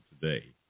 today